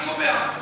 אני קובע.